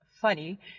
funny